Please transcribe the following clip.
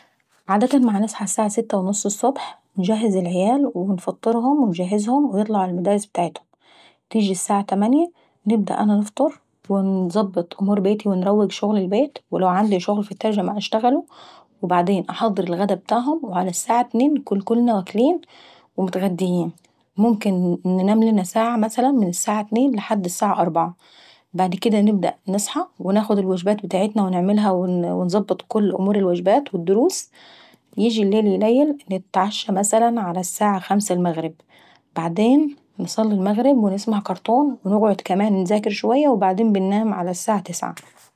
عادة ما باصحى الساعة ستة الصبح، انجهز العيال ونفطرهم وانجهزهم ويطلعوا ع المدارس ابتاعتهم. تيجي الساعة تمانيي نبدأ انا نفطر ونظبط أمر بيتي ونروق شغل البيت. ولو عيندي شغل في الترجمة نشتغله، وبعدين انحضر الغدا ابتاعهم وع الساعة اتنين نكون كلنا واكلين ومتغديين. وممكن نناملنا ساعة مثلا من الساعة اتنين للساعة اربعة. وبعد كدا نبدا نصحى وناخد الواجبات ابتاعتنا ونعملها ونظبط كل أمور الدروس، ييجي الليل ايليل نتعشى مثلا ع الساعة خمسة المبغريب وبعدين انصلي المغرب ونسمع كرتون ونقعد كمان شوية وبعدين اننام ع الساعة تصعة.